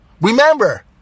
Remember